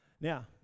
Now